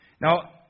Now